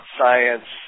science